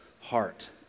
heart